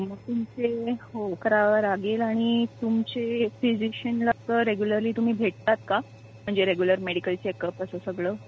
मग तुमचे हो करावं लागेल आणि तुमचे फिजिशियनला तर रेग्युलरली तुम्ही भेटतात का म्हणजे रेग्युलर मेडिकल चेकअप असं सगळं